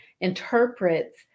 interprets